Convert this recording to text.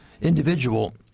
individual